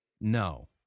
No